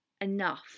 enough